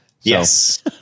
Yes